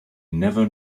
never